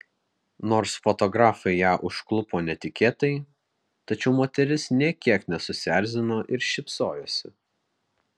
nors fotografai ją užklupo netikėtai tačiau moteris nė kiek nesusierzino ir šypsojosi